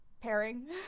pairing